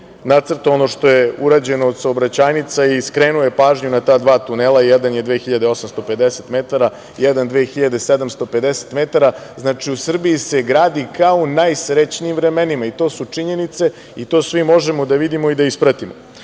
nacrtao ono što je urađeno od saobraćajnica i skrenuo je pažnju na ta dva tunela. Jedan je 2.850 metara, jedan 2.750 metara, znači u Srbiji se gradi kao u najsrećnijim vremenima i to su činjenice i to svi možemo da vidimo i da ispratimo. Planira